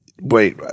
Wait